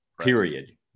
period